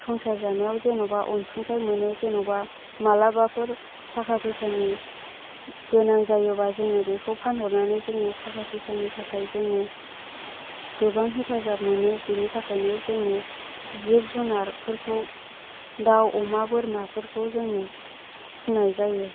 संसार जानायाव जेन'बा अनसुंथाय मोनो जेन'बा मालाबाफोर थाखा फैसानि गोनां जायोबा जोङो बेखौ फानहरनानै जोङो थाखा फैसानि थाखाय जोङो गोबां हेफाजाब मोनो बेनि थाखायनो जोङो जिब जुनारफोरखौ दाव अमा बोरमाफोरखौ जोङो फिनाय जायो